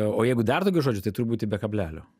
o jeigu dar daugiau žodžių tai turi būti be kablelio